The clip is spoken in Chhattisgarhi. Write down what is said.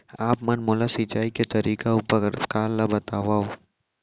आप मन मोला सिंचाई के तरीका अऊ प्रकार ल बतावव?